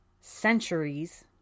centuries